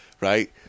Right